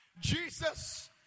Jesus